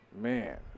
Man